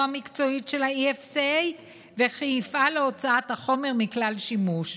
המקצועית של ה-EFSA וכי יפעל להוצאת החומר מכלל שימוש.